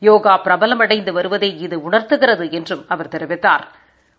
யோகா பிரபலமடைந்து வருவதை இது உணா்த்துகிறது என்றும் அவா் தெரிவித்தாா்